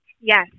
Yes